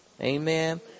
Amen